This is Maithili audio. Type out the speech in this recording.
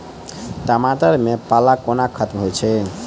टमाटर मे पाला कोना खत्म होइ छै?